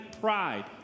pride